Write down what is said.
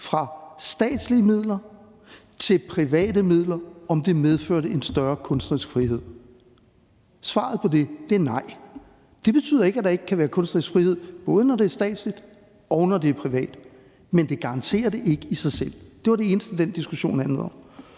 fra statslige midler til private midler, medførte en større kunstnerisk frihed. Svaret på det er nej. Det betyder ikke, at der ikke kan være kunstnerisk frihed, både når det er statsligt, og når det er privat. Men det garanterer det ikke i sig selv. Det var det eneste, den diskussion handlede om.